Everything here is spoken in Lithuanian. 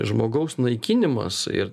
žmogaus naikinimas ir